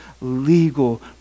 legal